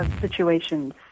situations